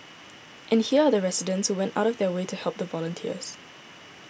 and here are the residents who went out of their way to help the volunteers